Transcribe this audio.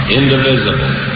indivisible